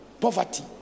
Poverty